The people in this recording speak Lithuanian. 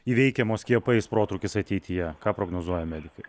įveikiamos skiepais protrūkis ateityje ką prognozuoja medikai